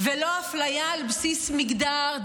ולא אפליה על בסיס מגדר,